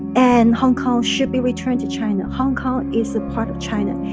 and hong kong should be returned to china. hong kong is a part of china.